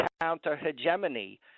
counter-hegemony